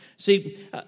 See